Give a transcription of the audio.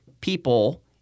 people